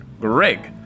Greg